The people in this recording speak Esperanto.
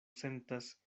sentas